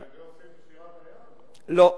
את זה עושים בשירת הים, לא?